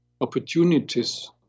opportunities